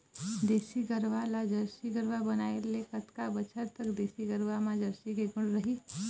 देसी गरवा ला जरसी गरवा बनाए ले कतका बछर तक देसी गरवा मा जरसी के गुण रही?